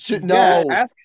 No